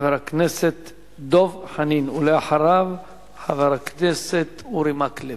חבר הכנסת דב חנין, ואחריו, חבר הכנסת אורי מקלב.